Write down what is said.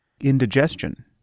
indigestion